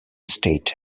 state